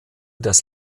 das